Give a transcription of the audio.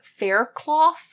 faircloth